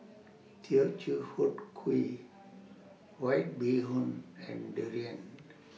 Teochew Huat Kuih White Bee Hoon and Durian